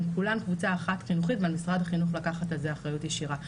הן כולן קבוצה אחת חינוכית ועל משרד החינוך לקחת על זה אחריות ישירה.